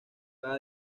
cada